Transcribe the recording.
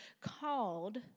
called